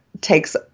takes